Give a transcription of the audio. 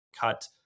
cut